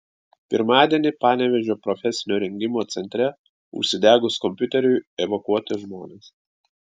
pirmadienį panevėžio profesinio rengimo centre užsidegus kompiuteriui evakuoti žmonės